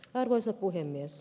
arvoisa puhemies